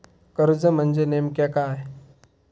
कर्ज म्हणजे नेमक्या काय?